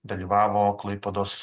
dalyvavo klaipėdos